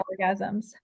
orgasms